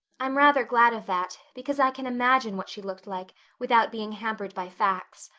i'm rather glad of that, because i can imagine what she looked like, without being hampered by facts.